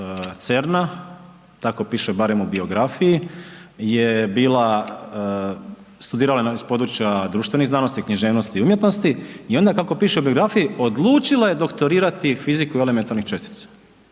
CERN-a tako piše barem u biografiji je bila, studirala je iz područja društvenih znanosti, književnost i umjetnosti i onda kako piše u biografiji odlučila je doktorirati fiziku elementarnih čestica,